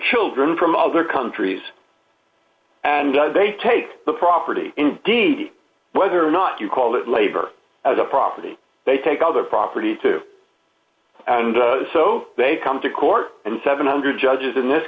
children from other countries and they take the property indeed whether or not you call it labor as a property they take other property too and so they come to court and seven hundred judges in this